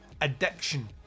addiction